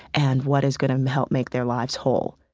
and what is going to help make their lives whole.